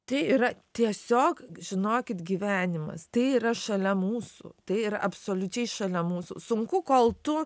tai yra tiesiog žinokit gyvenimas tai yra šalia mūsų tai yra absoliučiai šalia mūsų sunku kol tu